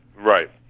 Right